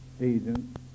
agent